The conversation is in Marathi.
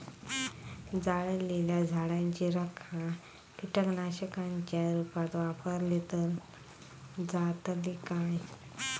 जळालेल्या झाडाची रखा कीटकनाशकांच्या रुपात वापरली तर परिणाम जातली काय?